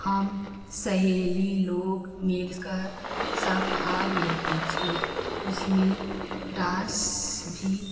हम सहेली लोग मिलकर सब भाग लेती थी उसमें डांस भी